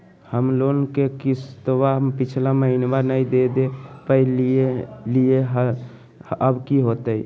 हम लोन के किस्तवा पिछला महिनवा नई दे दे पई लिए लिए हल, अब की होतई?